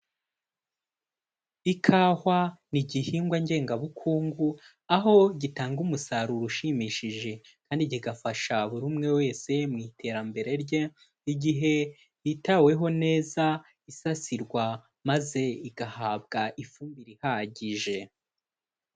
Ikawa ni igihingwa ngengabukungu, aho gitanga umusaruro ushimishije kandi kigafasha buri umwe wese mu iterambere rye, igihe yitaweho neza isasirwa maze igahabwa ifumbire ihagije.